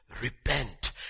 repent